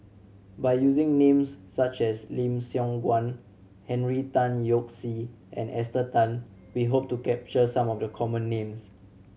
by using names such as Lim Siong Guan Henry Tan Yoke See and Esther Tan we hope to capture some of the common names